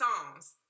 songs